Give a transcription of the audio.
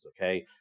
Okay